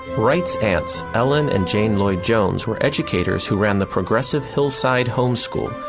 wright's aunts, ellen and jane lloyd jones, were educators who ran the progressive hillside home school,